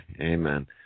amen